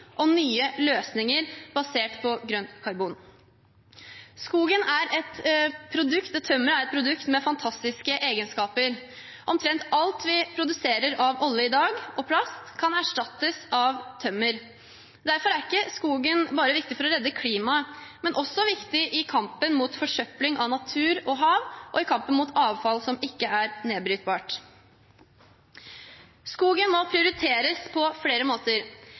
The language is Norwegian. og nye løsninger basert på grønt karbon. Tømmer er et produkt med fantastiske egenskaper. Omtrent alt vi produserer av olje og plast i dag, kan erstattes av tømmer. Derfor er ikke skogen viktig bare for å redde klimaet, men også i kampen mot forsøpling av natur og hav og i kampen mot avfall som ikke er nedbrytbart. Skogen må prioriteres på flere måter.